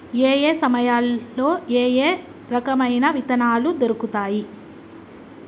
ఏయే సమయాల్లో ఏయే రకమైన విత్తనాలు దొరుకుతాయి?